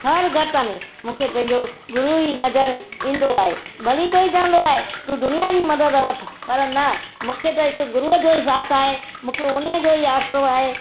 हर गतन मूंखे पंहिंजो गुरू ई नज़र ईंदो आहे भली कोई चवंदो आहे तू दुनिया जी मदद वठि पर न मूंखे त हिकु गुरूअ जो ई साथ आहे मूंखे उन्हीअ जो ई आसरो आहे